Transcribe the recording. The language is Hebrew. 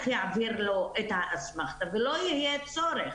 יעביר לו את האסמכתא ולא יהיה צורך